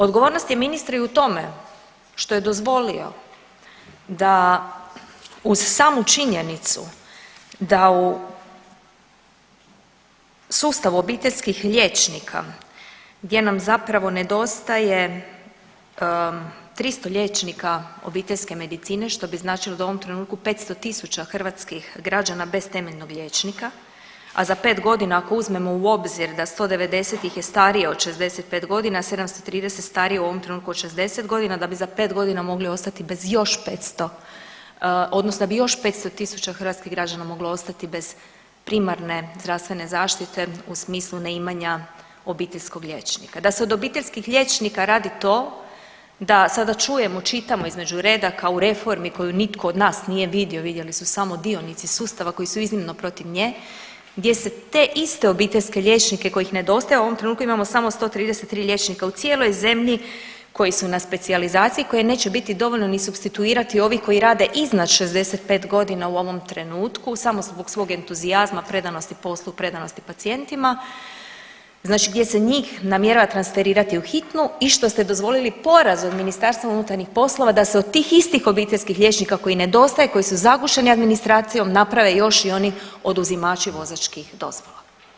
Odgovornost je ministra i u tome što je dozvolio da uz samu činjenicu da u sustavu obiteljskih liječnika gdje nam zapravo nedostaje 300 liječnika obiteljske medicine, što bi značilo da je u ovom trenutku 500 tisuća hrvatskih građana bez temeljnog liječnika, a za 5.g. ako uzmemo u obzir da 190 ih je starije od 65.g., a 730 starije u ovom trenutku od 60.g. da bi za 5.g. mogli ostati bez još 500 odnosno da bi još 500 tisuća hrvatskih građana moglo ostati bez primarne zdravstvene zaštite u smislu neimanja obiteljskog liječnika, da se od obiteljskih liječnika radi to da sada čujemo i čitamo između redaka u reformi koju nitko od nas nije vidio, vidjeli su samo dionici sustava koji su iznimno protiv nje gdje se te iste obiteljske liječnike kojih nedostaje, u ovom trenutku imamo samo 133 liječnika u cijeloj zemlji koji su na specijalizaciji i koje neće biti dovoljno ni supstituirati ovih koji rade iznad 65.g. u ovom trenutku samo zbog svoj entuzijazma i predanosti poslu i predanosti pacijentima znači gdje se njih namjerava transferirati u hitnu i što ste dozvolili poraz od MUP-a da se od tih istih obiteljskih liječnika koji nedostaje, koji su zagušeni administracijom naprave još i oni oduzimači vozačkih dozvola.